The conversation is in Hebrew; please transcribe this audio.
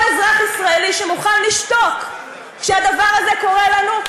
כל אזרח ישראלי שמוכן לשתוק כשהדבר הזה קורה לנו,